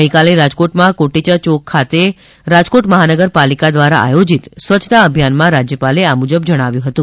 ગઇકાલે રાજકોટમાં કોટેચા ચોક ખાતે રાજકોટ મહાનગરપાલિકા દ્વારા આયોજીત સ્વચ્છતા અભિયાનમાં રાજ્યાપાલે આ મુજબ જણાવ્યું હતું